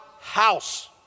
house